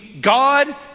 God